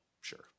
sure